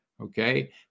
Okay